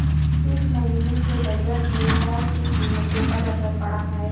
इस महीने के बजट में चाय की कीमतों पर असर पड़ा है